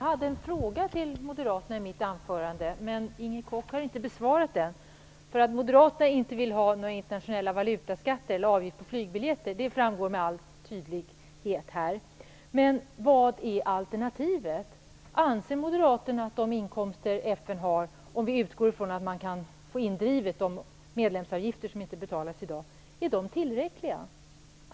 Herr talman! Jag ställde i mitt anförande en fråga till moderaterna, men Inger Koch har inte besvarat den. Att moderaterna inte vill ha några internationella valutaskatter eller avgifter på flygbiljetter framgår med all tydlighet här, men vad är alternativet? Anser moderaterna att de inkomster som FN har - om vi utgår från att de medlemsavgifter som i dag inte betalas kan drivas in - är tillräckliga?